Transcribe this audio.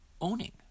owning